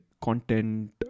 Content